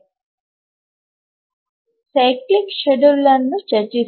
ಆವರ್ತಕ ವೇಳಾಪಟ್ಟಿಯಲ್ಲಿ ಚರ್ಚಿಸೋಣ